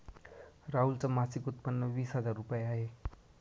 राहुल च मासिक उत्पन्न वीस हजार रुपये आहे